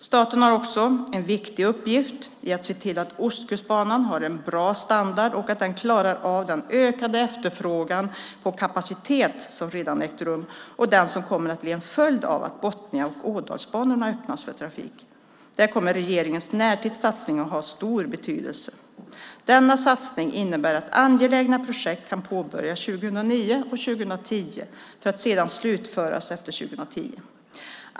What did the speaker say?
Staten har också en viktig uppgift i att se till att Ostkustbanan har en bra standard och att den klarar av den ökade efterfrågan på kapacitet som redan ägt rum och den som kommer att bli en följd av att Botnia och Ådalsbanorna öppnas för trafik. Där kommer regeringens närtidssatsning att ha stor betydelse. Denna satsning innebär att angelägna projekt kan påbörjas 2009-2010 för att sedan slutföras efter 2010.